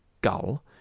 Gull